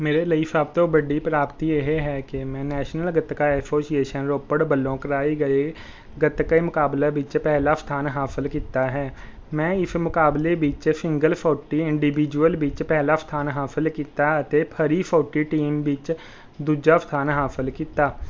ਮੇਰੇ ਲਈ ਸਭ ਤੋਂ ਵੱਡੀ ਪ੍ਰਾਪਤੀ ਇਹ ਹੈ ਕਿ ਮੈਂ ਨੈਸ਼ਨਲ ਗੱਤਕਾ ਐਸੋਸੀਏਸ਼ਨ ਰੋਪੜ ਵੱਲੋਂ ਕਰਵਾਏ ਗਏ ਗੱਤਕੇ ਮੁਕਾਬਲਾ ਵਿੱਚ ਪਹਿਲਾ ਸਥਾਨ ਹਾਸਲ ਕੀਤਾ ਹੈ ਮੈਂ ਇਸ ਮੁਕਾਬਲੇ ਵਿੱਚ ਸਿੰਗਲ ਫੋਟੀ ਇੰਡੀਵਿਜੂਅਲ ਵਿੱਚ ਪਹਿਲਾ ਸਥਾਨ ਹਾਸਲ ਕੀਤਾ ਅਤੇ ਫਰੀ ਫੋਟੀ ਟੀਮ ਵਿੱਚ ਦੂਜਾ ਸਥਾਨ ਹਾਸਲ ਕੀਤਾ